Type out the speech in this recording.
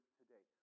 today